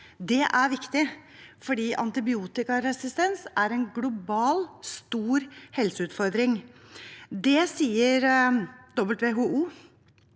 Det er viktig fordi antibiotikaresistens er en global og stor helseutfordring. Det sier både